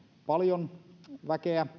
paljon väkeä